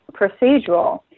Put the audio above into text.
procedural